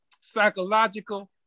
psychological